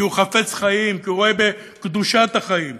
כי הוא חפץ חיים, כי הוא רואה בקדושת החיים